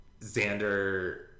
Xander